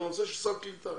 על הנושא של סל קליטה.